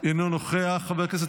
אינה נוכחת, חבר הכנסת